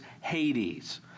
Hades